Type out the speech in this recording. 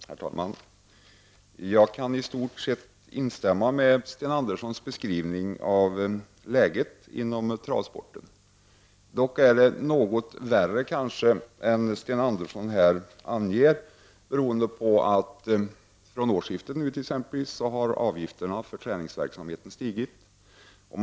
Herr talman! Jag kan i stort sett instämma i Sten Anderssons i Malmö beskrivning av läget inom travsporten. Läget är dock kanske något värre än Sten Andersson anger, bl.a. beroende på att avgifterna för träningsverksamhet har stigit från årsskiftet.